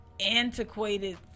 antiquated